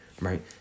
right